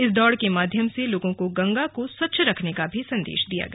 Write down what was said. इस दौड़ के माध्यम से लोगों को गंगा को स्वच्छ रखने का भी संदेश दिया गया